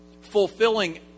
fulfilling